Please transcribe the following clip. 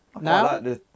Now